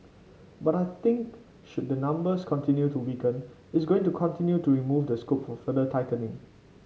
but I think should the numbers continue to weaken it's going to continue to remove the scope for further tightening